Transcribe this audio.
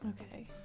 Okay